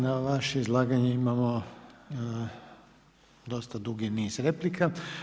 I na vaše izlaganje imamo dosta dugi niz replika.